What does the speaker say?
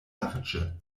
larĝe